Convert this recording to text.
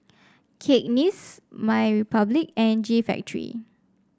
Cakenis MyRepublic and G Factory